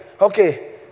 okay